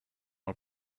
our